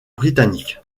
britannique